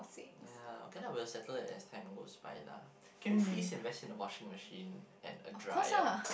ya can lah we settle it as time goes by lah can we please have rest in the washing machine and a drier